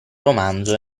romanzo